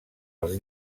els